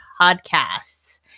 podcasts